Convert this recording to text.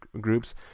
groups